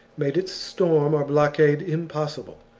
made its storm or blockade impossible.